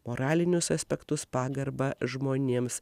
moralinius aspektus pagarbą žmonėms